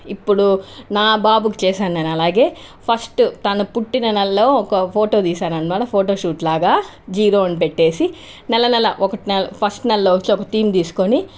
ఇప్పుడు నా బాబుకి చేశాను నేను అలాగే ఫస్ట్ తను పుట్టిన నెలలో ఒక ఫోటో తీశాననమాట ఫోటోషూట్ లాగా జీరో అని పెట్టేసి నెలా నెలా ఒకటి ఫస్ట్ నెలలో వచ్చి ఒక థీమ్ తీసుకొని